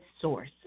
source